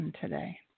today